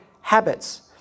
habits